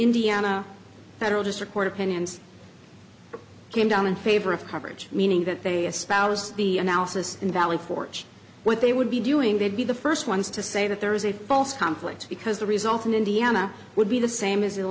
indiana federal district court opinions came down in favor of coverage meaning that they espouse the analysis in valley forge what they would be doing they'd be the first ones to say that there is a false conflict because the result in indiana would be the same as